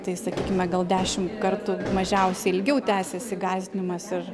tai sakykime gal dešimt kartų mažiausiai ilgiau tęsiasi gąsdinimas ir